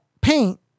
paint